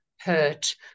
hurt